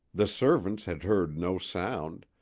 the servants had heard no sound,